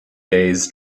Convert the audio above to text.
days